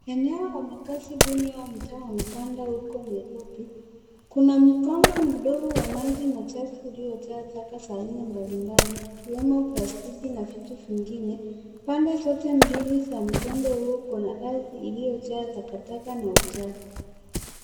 Eneo la makazi duni au mtaa wa mabanda huko Nairobi. Kuna mkondo mdogo wa maji machafu ulio jaa taka za aina mbali mbali zikiwemo plastiki na vitu vingine. Pande zote mbili za mkondo huu kuna ardhi iliyo jaa taka taka na uchafu.